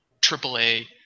triple-A